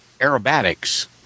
aerobatics